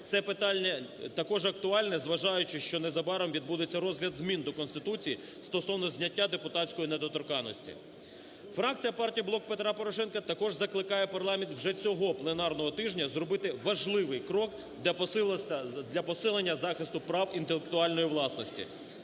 Це питання також актуальне, зважаючи, що незабаром відбудеться розгляд змін до Конституції стосовно зняття депутатської недоторканності. Фракція Партії "Блок Петра Порошенка" також закликає парламент вже цього пленарного тижня зробити важливий крок для посилення захисту прав інтелектуальної власності.